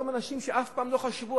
היום אנשים שאף פעם לא חשבו,